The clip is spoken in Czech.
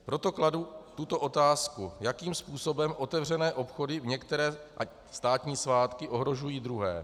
Proto kladu tuto otázku: Jakým způsobem otevřené obchody v některé státní svátky ohrožují druhé?